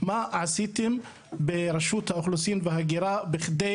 מה עשיתם ברשות האוכלוסין וההגירה בכדי